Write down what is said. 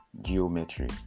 geometry